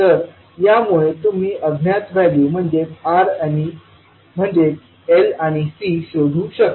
तर या मुळे तुम्ही अज्ञात व्हॅल्यू म्हणजे L आणि C शोधू शकता